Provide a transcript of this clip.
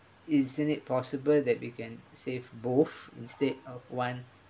isn't it possible that we can save both instead of one